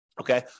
Okay